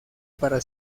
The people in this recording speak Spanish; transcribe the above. para